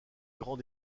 grand